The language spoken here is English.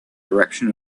direction